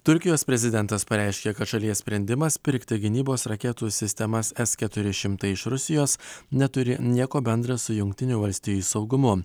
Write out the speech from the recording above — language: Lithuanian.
turkijos prezidentas pareiškė kad šalies sprendimas pirkti gynybos raketų sistemas keturi šimtai iš rusijos neturi nieko bendra su jungtinių valstijų saugumu